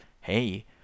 hey